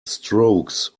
strokes